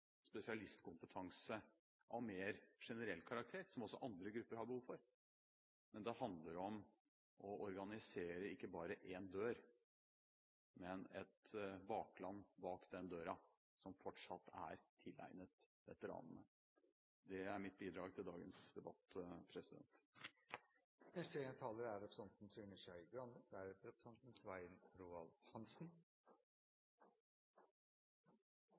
men det handler om å organisere ikke bare én dør, men et bakland bak den døra som fortsatt er tilegnet veteranene. Det er mitt bidrag til dagens debatt. Jeg vil også takke representanten